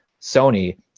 Sony